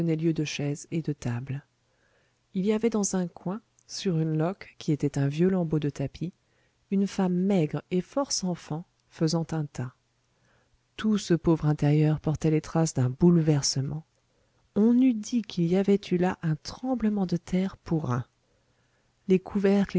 lieu de chaises et de table il y avait dans un coin sur une loque qui était un vieux lambeau de tapis une femme maigre et force enfants faisant un tas tout ce pauvre intérieur portait les traces d'un bouleversement on eût dit qu'il y avait eu là un tremblement de terre pour un les couvercles